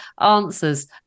answers